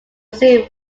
see